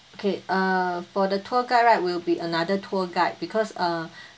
okay err for the tour guide right will be another tour guide because err